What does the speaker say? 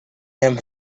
him